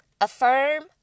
affirm